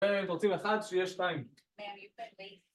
את רוצים אחת? שיהיה שתיים